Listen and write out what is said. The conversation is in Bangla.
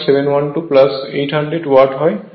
মানে 08 কিলো ওয়াট হবে